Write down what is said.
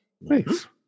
Nice